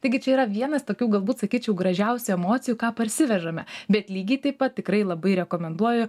taigi čia yra vienas tokių galbūt sakyčiau gražiausių emocijų ką parsivežame bet lygiai taip pat tikrai labai rekomenduoju